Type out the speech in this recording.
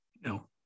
No